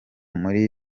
muri